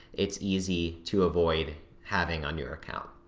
it's easy to avoid having on your account.